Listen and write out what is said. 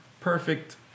perfect